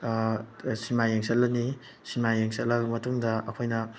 cinema ꯌꯦꯡ ꯆꯠꯂꯅꯤ cinema ꯌꯦꯡ ꯆꯠꯂꯕ ꯃꯇꯨꯡꯗ ꯑꯩꯈꯣꯏꯅ